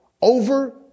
over